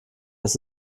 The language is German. ist